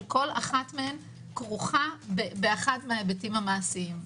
שכל אחת מהן כרוכה באחד מההיבטים המעשיים.